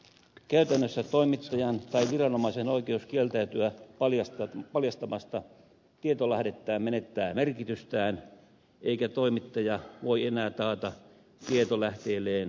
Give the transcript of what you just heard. käytännössä toimittajan tai viranomaisen oikeus kieltäytyä paljastamasta tietolähdettään menettää merkitystään eikä toimittaja voi enää taata tietolähteelleen suojaa